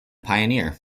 pioneer